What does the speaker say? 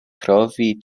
trovi